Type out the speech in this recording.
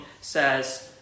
says